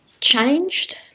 changed